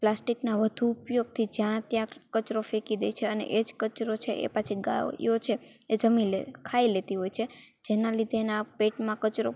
પ્લાસ્ટિકનાં વધુ ઉપયોગથી જ્યાં ત્યાં કચરો ફેંકી દે છે અને એ જ કચરો એ પછી ગાયો છે એ જમી લે ખાઈ લેતી હોય છે જેનાં લીધે એનાં પેટમાં કચરો